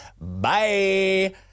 Bye